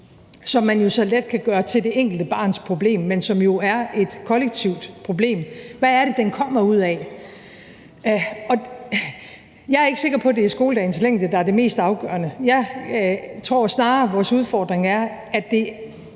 som man så let kan gøre til det enkelte barns problem, men som jo er et kollektivt problem, kommer af? Jeg er ikke sikker på, at det er skoledagens længde, der er det mest afgørende. Jeg tror snarere, at vores udfordring er, at det